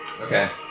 Okay